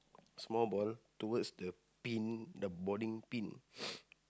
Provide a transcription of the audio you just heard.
small ball towards the pin the bowling pin